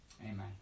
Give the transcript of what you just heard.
Amen